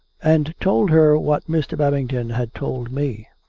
and told her what mr. babington had told me.